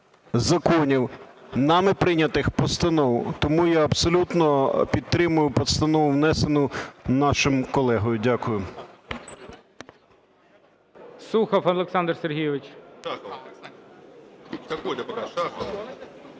законів, нами прийнятих постанов. Тому я абсолютно підтримую постанову, внесену нашим колегою. Дякую.